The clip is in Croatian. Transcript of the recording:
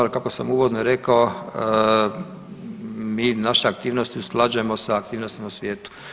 Ali kako sam uvodno rekao mi naše aktivnosti usklađujemo sa aktivnostima u svijetu.